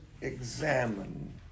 examine